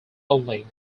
only